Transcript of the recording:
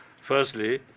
Firstly